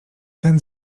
ten